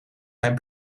zijn